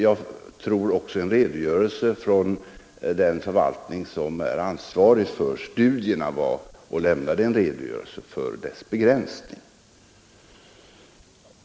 Jag tror också att den förvaltning som är ansvarig för studierna lämnade en redogörelse för deras begränsning.